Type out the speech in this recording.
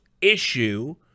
issue